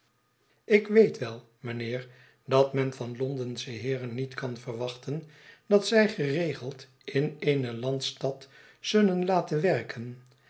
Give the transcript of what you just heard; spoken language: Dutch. ik weet wel mijnheer dat men van londensche heeren niet kan verwachten dat zij geregeld in eene landstad zullen laten werken